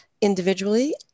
individually